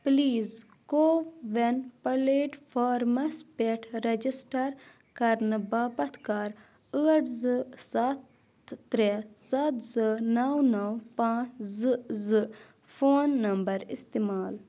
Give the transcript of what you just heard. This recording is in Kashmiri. پلیز کووِن پلیٹ فارمس پٮ۪ٹھ رجسٹر کرنہٕ باپتھ کر ٲٹھ زٕ ستھ ترٛےٚ ستھ زٕ نو نو پانٛژھ زٕ زٕ فون نمبر استعمال